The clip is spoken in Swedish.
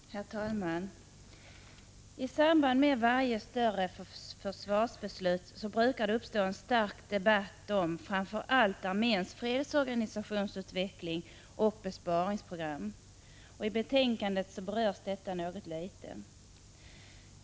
Herr talman! I samband med varje större försvarsbeslut brukar det uppstå en stark debatt om framför allt arméns fredsorganisationsutveckling och besparingsprogram. I betänkandet berörs detta något litet.